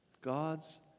God's